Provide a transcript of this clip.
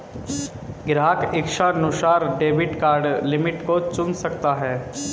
ग्राहक इच्छानुसार debit card limit को चुन सकता है